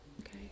okay